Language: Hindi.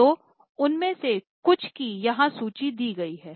तो उनमें से कुछ की यहाँ सूची दी गए हैं